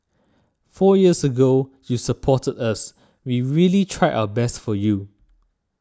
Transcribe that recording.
four years ago you supported us we really tried our best for you